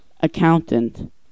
accountant